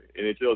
NHL